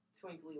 twinkly